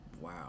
Wow